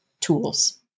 tools